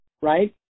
right